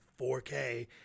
4K